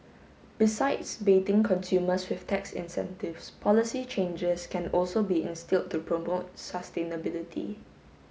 besides baiting consumers with tax incentives policy changes can also be instilled to promote sustainability